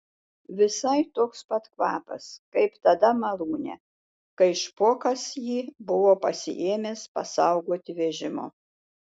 visai toks pat kvapas kaip tada malūne kai špokas jį buvo pasiėmęs pasaugoti vežimo